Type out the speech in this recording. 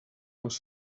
les